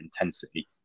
intensity